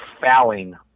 fouling